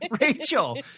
Rachel